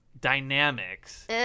dynamics